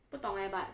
不懂 eh but